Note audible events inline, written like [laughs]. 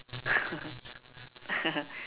[laughs]